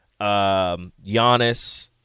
Giannis